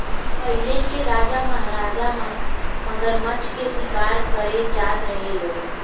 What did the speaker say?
पहिले के राजा महाराजा मगरमच्छ के शिकार करे जात रहे लो